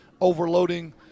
overloading